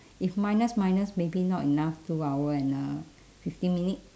if minus minus maybe not enough two hour and uh fifteen minute